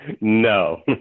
No